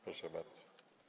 Proszę bardzo.